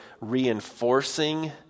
reinforcing